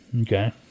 okay